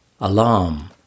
Alarm